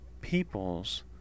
peoples